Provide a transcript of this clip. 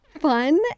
fun